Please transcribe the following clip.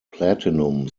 platinum